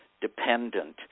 dependent